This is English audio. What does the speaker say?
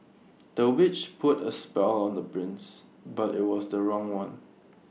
the witch put A spell on the prince but IT was the wrong one